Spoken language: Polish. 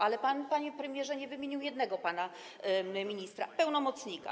Ale pan, panie premierze, nie wymienił jednego pana ministra pełnomocnika.